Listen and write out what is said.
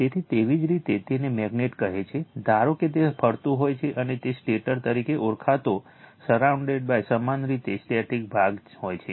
તેથી તેવી જ રીતે તેને મેગ્નેટ કહે છે ધારો કે તે ફરતું હોય અને તે સ્ટેટર તરીકે ઓળખાતો સરાઉન્ડેડસમાન રીતે સ્ટેટિક ભાગ હોય છે